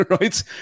right